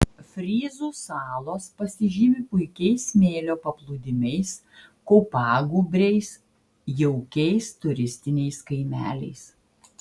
fryzų salos pasižymi puikiais smėlio paplūdimiais kopagūbriais jaukiais turistiniais kaimeliais